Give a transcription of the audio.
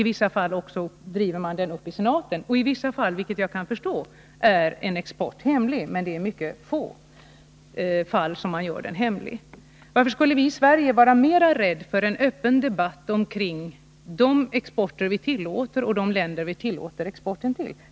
I vissa fall driver man frågan också uppi senaten. I vissa fall — vilket jag kan förstå — är exporten hemlig, men det är i mycket få fall som man gör den hemlig. Varför skulle vi i Sverige vara mera rädda för en öppen debatt omkring de exporter vi tillåter och de länder som vi tillåter export till?